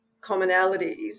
commonalities